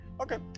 Okay